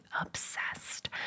obsessed